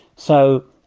so,